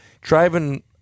driving